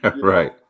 Right